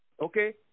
okay